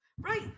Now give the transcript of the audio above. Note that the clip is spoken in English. right